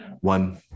One